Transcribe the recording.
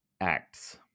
acts